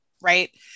right